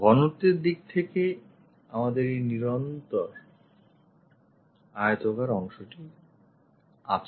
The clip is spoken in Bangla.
ঘনত্বের দিক থেকে আমাদের এই নিরন্তর আয়তাকার অংশটি আছে